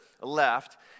left